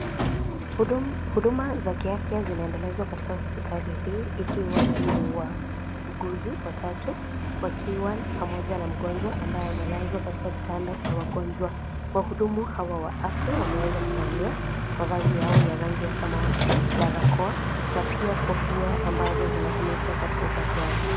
Hudu, huduma za afya zinaendelezwa katika hospitali hii, ikiwa ni, wauguzi watatu, wakiwa, pamoja na mgoambaye amelazwa katika kitanda cha wagonjwa, wahudumu hawa wa afya wameweza kuvalia, mavazi yao ya rangi ya samawati, barakoa, na pia kofia ambazo zinatumika katika upasuaji.